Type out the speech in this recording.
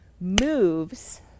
moves